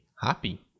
happy